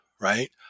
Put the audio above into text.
right